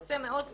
בנושא מאוד כבד.